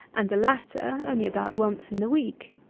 and the latter only about once in the week.